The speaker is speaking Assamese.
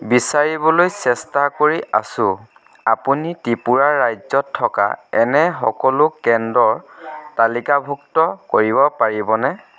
বিচাৰিবলৈ চেষ্টা কৰি আছোঁ আপুনি ত্ৰিপুৰা ৰাজ্যত থকা এনে সকলো কেন্দ্ৰ তালিকাভুক্ত কৰিব পাৰিবনে